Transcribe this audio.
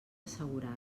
assegurada